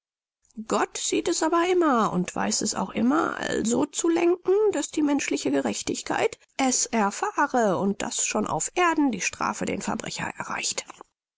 gott sieht es aber immer und weiß es auch immer also zu lenken daß die menschliche gerechtigkeit es erfahre und daß schon auf erden die strafe den verbrecher erreicht im